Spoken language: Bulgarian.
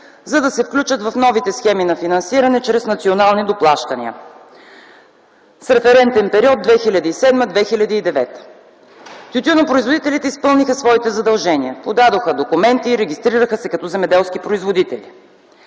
за да се включат в новите схеми на финансиране чрез национални доплащания с референтен период 2007-2009 г. Тютюнопроизводителите изпълниха своите задължения - подадоха документи, регистрираха се като земеделски производители.